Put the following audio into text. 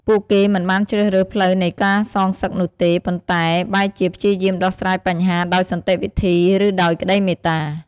ពួកគេមិនបានជ្រើសរើសផ្លូវនៃការសងសឹកនោះទេ ប៉ុន្តែបែរជាព្យាយាមដោះស្រាយបញ្ហាដោយសន្តិវិធី ឬដោយក្តីមេត្តា។